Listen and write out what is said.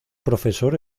profesor